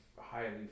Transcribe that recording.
highly